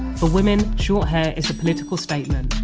for women, short hair is a political statement